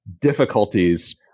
difficulties